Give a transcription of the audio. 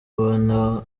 ubona